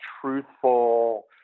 truthful